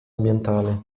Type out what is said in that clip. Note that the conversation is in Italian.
ambientale